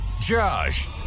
Josh